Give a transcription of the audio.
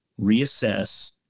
reassess